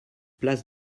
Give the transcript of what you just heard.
place